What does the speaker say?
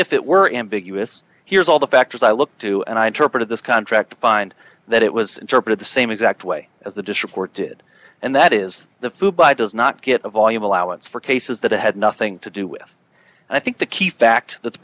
if it were ambiguous here's all the factors i look to and i interpreted this contract to find that it was interpreted the same exact way as the district court did and that is the food by does not get a volume allowance for cases that had nothing to do with i think the key fact that's